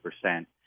percent